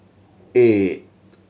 eight